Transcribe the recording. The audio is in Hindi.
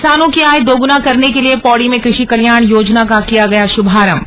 किसानों की आय दोगुना करने के लिए पौड़ी में कृषि कल्याण योजना का किया गया शुभारंभ